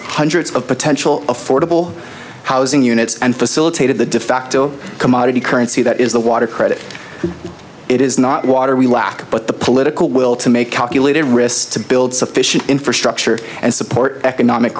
hundreds of potential affordable housing units and facilitated the defacto commodity currency that is the water credit it is not water we lack but the political will to make calculated risks to build sufficient infrastructure and support economic